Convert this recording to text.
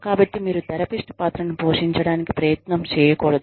కాబట్టి మీరు తెరపిస్ట్ పాత్రను పోషించడానికి ప్రయత్నం చేయకూడదు